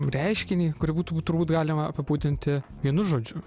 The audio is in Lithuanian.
reiškinį kurį būtų turbūt galima apibūdinti vienu žodžiu